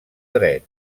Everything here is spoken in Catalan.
dret